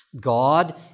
God